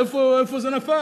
איפה זה נפל?